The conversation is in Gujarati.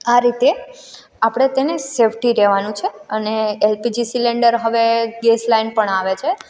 આ રીતે આપણે તેને સેફટી રહેવાનું છે અને એલપીજી સિલેન્ડર હવે ગેસ લાઇન પણ આવે છે